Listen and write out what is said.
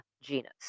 genus